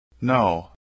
No